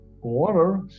water